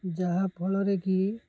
ଯାହାଫଳରେ କି